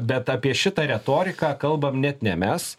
bet apie šitą retoriką kalbam net ne mes